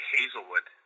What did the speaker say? Hazelwood